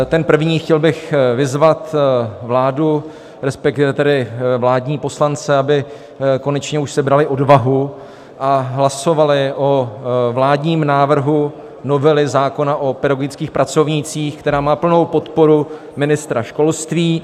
Ten první: chtěl bych vyzvat vládu, respektive vládní poslance, aby konečně už sebrali odvahu a hlasovali o vládním návrhu novely zákona o pedagogických pracovnících, která má plnou podporu ministra školství.